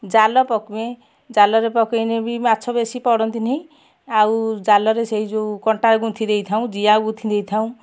ଜାଲ ପକାଇ ଜାଲରେ ପକାଇନେ ବି ମାଛ ବେଶୀ ପଡ଼ନ୍ତିନି ଆଉ ଜାଲରେ ସେ ଯେଉଁ କଣ୍ଟା ଗୁନ୍ଥିଦେଇ ଥାଉ ଜିଆ ଗୁନ୍ଥିଦେଇ ଥାଉ